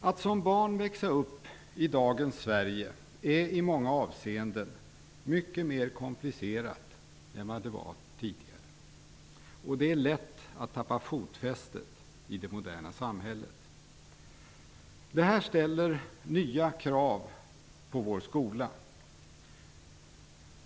Att som barn växa upp i dagens Sverige är i många avseenden mycket mera komplicerat än det har varit tidigare. Det är lätt att tappa fotfästet i det moderna samhället. Detta ställer nya krav på vår skola.